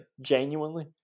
genuinely